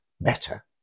better